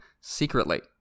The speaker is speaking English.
secretly